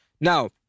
Now